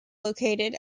located